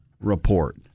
report